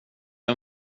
hur